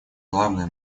главное